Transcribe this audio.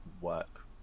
work